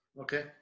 okay